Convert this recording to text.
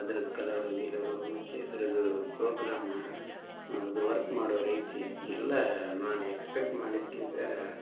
ಅದ್ರದು ಕಲರು ಗಿಲರು ಮತ್ತು ಅದರದು ಪ್ರೋಗ್ರಾಮು ಅದು ವರ್ಕ್ ಮಾಡೋ ರೀತಿ ಎಲ್ಲ ನಾನು ಎಕ್ಸ್ಪೆಕ್ಟ್ ಮಾಡಿದ್ದಕ್ಕಿಂತ